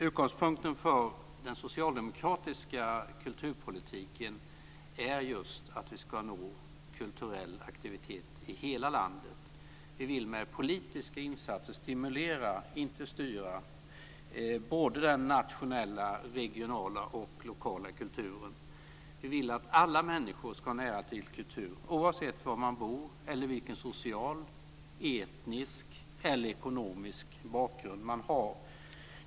Utgångspunkten för den socialdemokratiska kulturpolitiken är just att vi ska nå kulturell aktivitet i hela landet. Vi vill med politiska insatser stimulera, inte styra, både den nationella, regionala och lokala kulturen. Vi vill att alla människor ska ha nära till kultur, oavsett var man bor, vilken social, etnisk eller ekonomisk bakgrund man har.